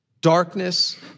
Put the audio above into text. darkness